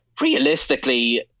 realistically